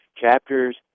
chapters